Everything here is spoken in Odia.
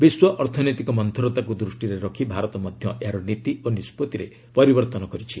ବିଶ୍ୱ ଅର୍ଥନୈତିକ ମନ୍ତୁରତାକୁ ଦୃଷ୍ଟିରେ ରଖି ଭାରତ ମଧ୍ୟ ଏହାର ନୀତି ଓ ନିଷ୍ପଭିରେ ପରିବର୍ତ୍ତନ କରିଛି